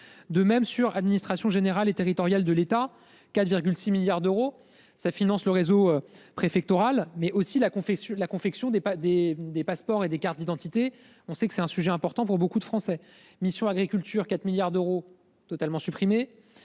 De même sur administration générale et territoriale de l'État, 4, 6 milliards d'euros ça finance le réseau préfectoral mais aussi la confession, la confection des pas des des passeports et des cartes d'identité. On sait que c'est un sujet important pour beaucoup de Français mission agriculture 4 milliards d'euros totalement supprimé